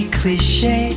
cliche